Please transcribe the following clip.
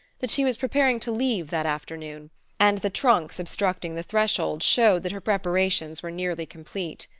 that she was preparing to leave that afternoon and the trunks obstructing the threshold showed that her preparations were nearly complete.